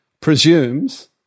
presumes